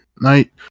night